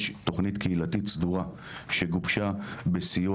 יש תוכנית קהילתית סדורה שגובשה בסיוע